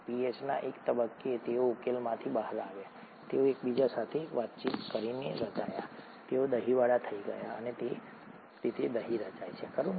પીએચના એક તબક્કે તેઓ ઉકેલમાંથી બહાર આવ્યા તેઓ એકબીજા સાથે વાતચીત કરીને રચાયા તેઓ દહીંવાળા થઈ ગયા અને આ રીતે દહીં રચાય છે ખરું ને